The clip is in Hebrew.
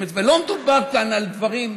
לא מדובר כאן על דברים,